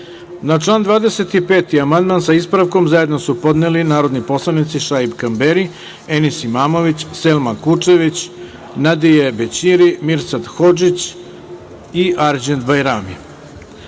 član 23. amandman, sa ispravkom, zajedno su podneli narodni poslanici Šaip Kamberi, Enis Imamović, Selma Kučević, Nadije Bećiri, Mirsad Hodžić i Arđend Bajrami. Stavljam